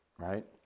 Right